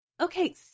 Okay